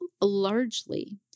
largely